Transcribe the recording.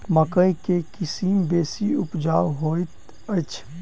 मकई केँ के किसिम बेसी उपजाउ हएत अछि?